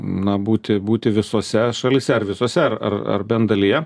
na būti būti visose šalyse ar visose ar ar bent dalyje